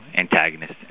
Antagonist